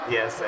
Yes